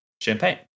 champagne